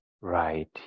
right